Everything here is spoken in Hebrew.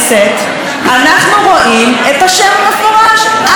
אנחנו רואים את השם המפורש: אלוביץ'.